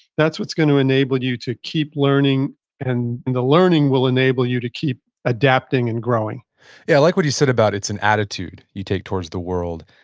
that's what's going to enable you to keep learning and the learning will enable you to keep adapting and growing yeah, i like what you said about it's an attitude you take towards the world.